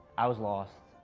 i was lost.